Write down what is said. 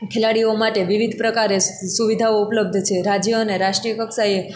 ખેલાડીઓ માટે વિવિધ પ્રકારે સુવિધાઓ ઉપલબ્ધ છે રાજ્ય અને રાષ્ટ્રિય કક્ષાએ